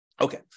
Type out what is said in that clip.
Okay